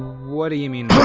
whaddya yeah mean